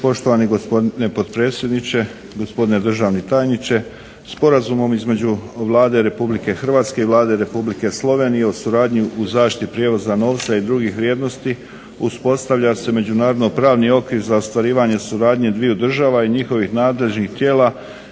Poštovani gospodine potpredsjedniče, gospodine državni tajniče. Sporazumom između Vlade Republike Hrvatske i Vlade Republike Slovenije o suradnji u zaštiti prijevoza novca i drugih vrijednosti uspostavlja se međunarodnopravni okvir za ostvarivanje suradnje dviju država i njihovih nadležnih tijela